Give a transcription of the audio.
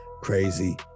crazy